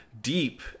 deep